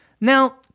Now